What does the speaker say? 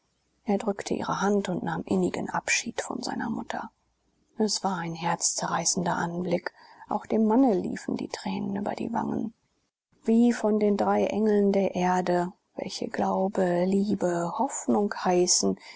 er drückte ihre hand und nahm innigen abschied von seiner mutter es war ein herzzerreißender anblick auch dem manne liefen die tränen über die wangen wie von den drei engeln der erde welche glaube liebe hoffnung heißen